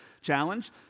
challenge